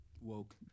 woke